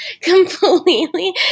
completely